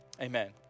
amen